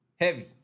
heavy